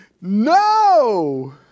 no